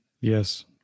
Yes